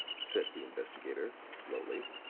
said the investigator slowly,